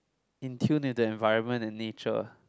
in tune with the environment and nature